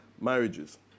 marriages